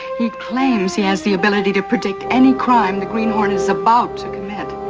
he claims he has the ability to predict any crime the green hornet is about to commit.